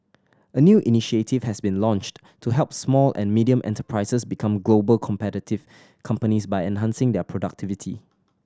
a new initiative has been launched to help small and medium enterprises become global competitive companies by enhancing their productivity